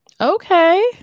Okay